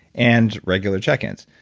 and regular check-ins.